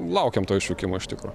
laukiam to išvykimo iš tikro